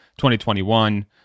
2021